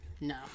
No